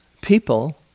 people